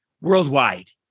worldwide